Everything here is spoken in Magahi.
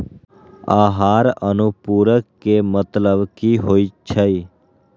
आहार अनुपूरक के मतलब की होइ छई?